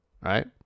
right